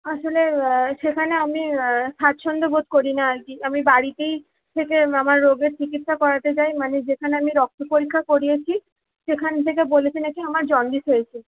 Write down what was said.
আসলে সেখানে আমি স্বাচ্ছন্দ্য বোধ করি না আর কি আমি বাড়িতেই থেকেই আমার রোগের চিকিৎসা করাতে চাই মানে যেখানে আমি রক্ত পরীক্ষা করিয়েছি সেখান থেকে বলেছে নাকি আমার জণ্ডিস হয়েছে